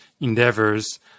endeavors